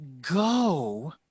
go